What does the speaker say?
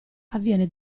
avviene